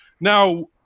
Now